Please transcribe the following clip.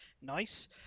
nice